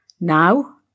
now